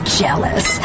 jealous